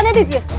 and did you